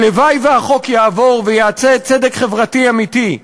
הלוואי שהחוק יעבור ויעשה צדק חברתי אמיתי.